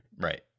right